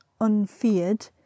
unfeared